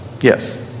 Yes